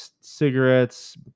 cigarettes